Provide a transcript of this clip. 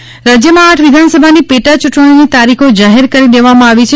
ગોરધન ઝડફિયા રાજ્યમાં આઠ વિધાનસભા ની પેટા ચુંટણીઓની તારીખો જાહેર કરી દેવામાં આવી છે